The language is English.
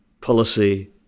policy